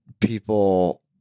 people